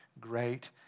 Great